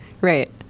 Right